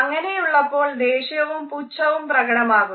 അങ്ങനെയുള്ളപ്പോൾ ദേഷ്യവും പുച്ഛവും പ്രകടമാകുന്നു